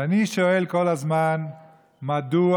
ואני שואל כל הזמן מדוע,